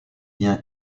bien